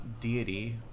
deity